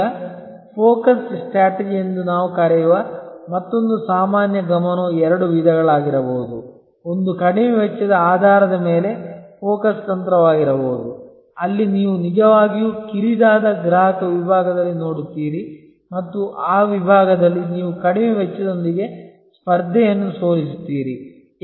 ಈಗ focus strategy ಎಂದು ನಾವು ಕರೆಯುವ ಮತ್ತೊಂದು ಸಾಮಾನ್ಯ ಗಮನವು ಎರಡು ವಿಧಗಳಾಗಿರಬಹುದು ಒಂದು ಕಡಿಮೆ ವೆಚ್ಚದ ಆಧಾರದ ಮೇಲೆ ಫೋಕಸ್ ತಂತ್ರವಾಗಿರಬಹುದು ಅಲ್ಲಿ ನೀವು ನಿಜವಾಗಿಯೂ ಕಿರಿದಾದ ಗ್ರಾಹಕ ವಿಭಾಗದಲ್ಲಿ ನೋಡುತ್ತೀರಿ ಮತ್ತು ಆ ವಿಭಾಗದಲ್ಲಿ ನೀವು ಕಡಿಮೆ ವೆಚ್ಚದೊಂದಿಗೆ ಸ್ಪರ್ಧೆಯನ್ನು ಸೋಲಿಸುತ್ತೀರಿ